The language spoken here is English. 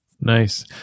Nice